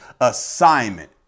assignment